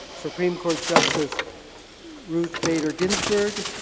supreme court justice ruth bader ginsburg